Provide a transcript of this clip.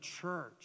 church